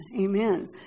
Amen